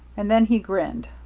and then he grinned.